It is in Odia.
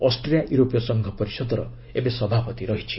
ଅଷ୍ଟ୍ରିଆ ୟୁରୋପୀୟ ସଂଘ ପରିଷଦର ସଭାପତି ରହିଛି